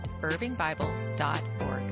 irvingbible.org